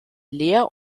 leer